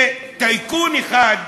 שטייקון אחד,